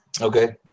Okay